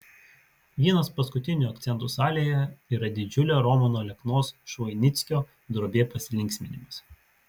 vienas paskutinių akcentų salėje yra didžiulė romano aleknos švoinickio drobė pasilinksminimas